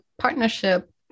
partnership